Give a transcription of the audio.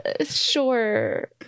Sure